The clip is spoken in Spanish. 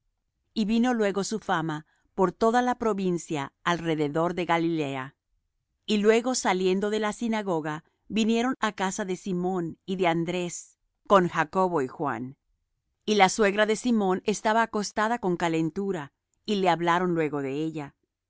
y vino luego su fama por toda la provincia alrededor de galilea y luego saliendo de la sinagoga vinieron á casa de simón y de andrés con jacobo y juan y la suegra de simón estaba acostada con calentura y le hablaron luego de ella